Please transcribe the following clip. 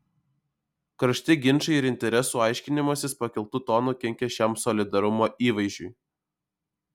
karšti ginčai ir interesų aiškinimasis pakeltu tonu kenkia šiam solidarumo įvaizdžiui